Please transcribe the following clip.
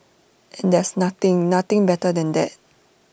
and there's nothing nothing better than that